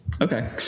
Okay